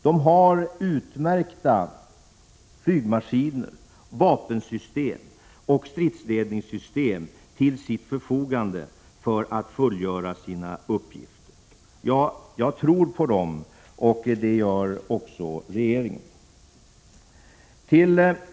De har utmärkta flygmaskiner, vapensystem och stridsledningssystem till sitt förfogande för att fullgöra sina uppgifter. Jag tror på dem, och det gör också regeringen.